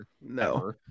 No